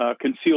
concealed